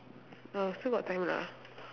oh still got time lah